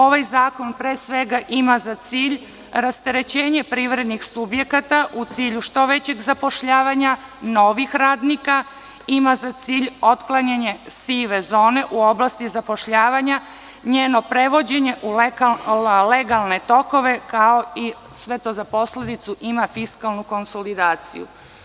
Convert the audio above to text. Ovaj zakon, pre svega ima za cilj rasterećenje privrednih subjekata u cilju što većeg zapošljavanja novih radnika, ima za cilj otklanjanje sive zone u oblasti zapošljavanja, njeno prevođenje u legalne tokove, kao i sve to za posledicu ima fiskalnu konsolidaciju.